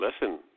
listen